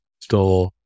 store